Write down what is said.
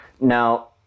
Now